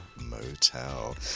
Motel